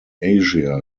asia